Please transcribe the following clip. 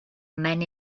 men